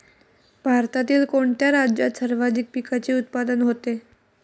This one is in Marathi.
भारतातील कोणत्या राज्यात सर्वाधिक पिकाचे उत्पादन होते?